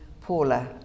Paula